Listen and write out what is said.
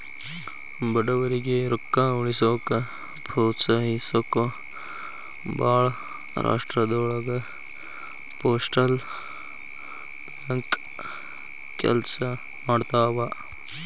ಬಡವರಿಗಿ ರೊಕ್ಕ ಉಳಿಸೋಕ ಪ್ರೋತ್ಸಹಿಸೊಕ ಭಾಳ್ ರಾಷ್ಟ್ರದೊಳಗ ಪೋಸ್ಟಲ್ ಬ್ಯಾಂಕ್ ಕೆಲ್ಸ ಮಾಡ್ತವಾ